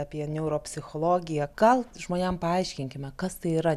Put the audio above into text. apie neuropsichologiją gal žmonėm paaiškinkime kas tai yra neuropsichologija